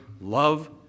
love